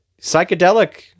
psychedelic